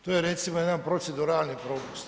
To je recimo jedan proceduralni propust.